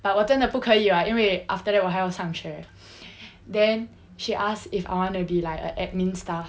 but 我真的不可以 [what] 因为 after that 我还要上学 then she asked like if I wanna be like an admin staff